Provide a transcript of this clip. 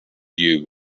you